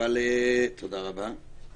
תודה רבה.